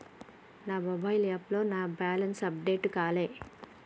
నా మొబైల్ యాప్లో నా బ్యాలెన్స్ అప్డేట్ కాలే